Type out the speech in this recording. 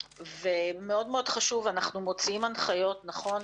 מאוד מאוד חשוב שאנחנו מוציאים הנחיות, נכון.